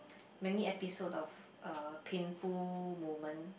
many episode of uh painful moment